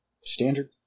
Standard